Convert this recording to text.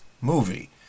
movie